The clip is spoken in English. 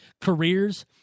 careers